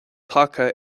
tagtha